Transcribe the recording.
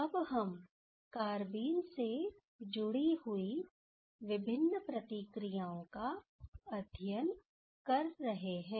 अब हम कारबीन से जुड़ी हुई विभिन्न प्रतिक्रियाओं का अध्ययन कर रहे हैं